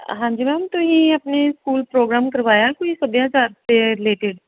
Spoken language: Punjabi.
ਹਾਂਜੀ ਮੈਮ ਤੁਸੀਂ ਆਪਣੇ ਸਕੂਲ ਪ੍ਰੋਗਰਾਮ ਕਰਵਾਇਆ ਕੋਈ ਸੱਭਿਆਚਾਰ ਦੇ ਰਿਲੇਟਡ